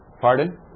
Pardon